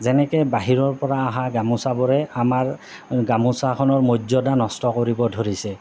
যেনেকে বাহিৰৰ পৰা অহা গামোচাবোৰে আমাৰ গামোচাখনৰ মৰ্যদা নষ্ট কৰিব ধৰিছে